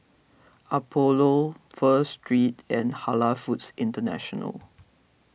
Apollo Pho Street and Halal Foods International